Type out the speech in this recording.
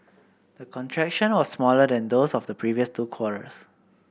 the contraction was smaller than those of the previous two quarters